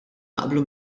naqblu